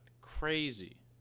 crazy